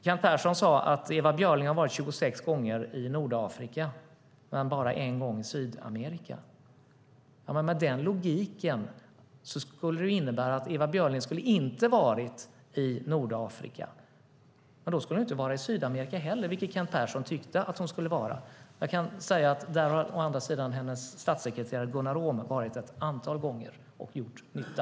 Kent Persson sade att Ewa Björling varit 26 gånger i Nordafrika men bara en gång i Sydamerika. Med den logiken skulle det ha inneburit att Ewa Björling inte skulle ha varit i Nordafrika. Men då skulle hon inte ha varit i Sydamerika heller, vilket Kent Persson tyckte att hon skulle vara. Jag kan å andra sidan säga att hennes statssekreterare Gunnar Oom har varit där ett antal gånger och gjort nytta.